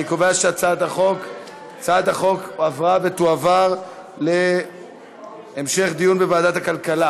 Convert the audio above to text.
אני קובע שהצעת החוק התקבלה ותועבר להמשך דיון בוועדת הכלכלה.